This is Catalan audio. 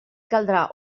caldrà